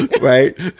right